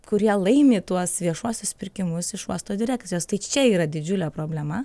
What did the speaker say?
kurie laimi tuos viešuosius pirkimus iš uosto direkcijos tai čia yra didžiulė problema